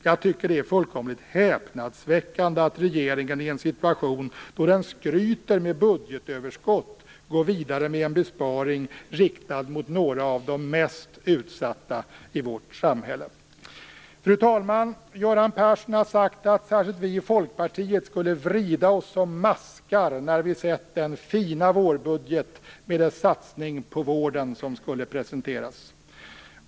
Jag tycker att det är fullkomligt häpnadsväckande att regeringen i en situation då den skryter med budgetöverskott går vidare med en besparing riktad mot några av de mest utsatta i vårt samhälle. Fru talman! Göran Persson har sagt att särskilt vi i Folkpartiet skulle vrida oss som maskar när vi sett den fina vårbudget med dess satsning på vården som skulle presenteras.